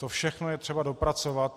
To všechno je třeba dopracovat.